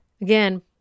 Again